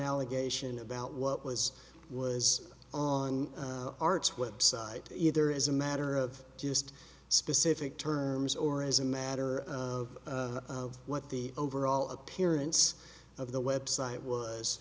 allegation about what was was on art's website either as a matter of just specific terms or as a matter of what the overall appearance of the website was